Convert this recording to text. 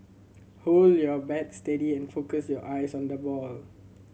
hold your bat steady and focus your eyes on the ball